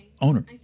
owner